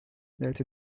that